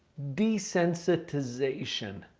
desensitization.